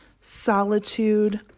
Solitude